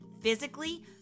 physically